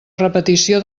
repetició